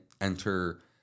enter